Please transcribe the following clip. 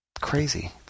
crazy